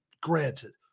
granted